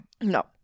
no